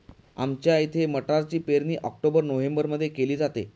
आमच्या इथे मटारची पेरणी ऑक्टोबर नोव्हेंबरमध्ये केली जाते